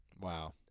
Wow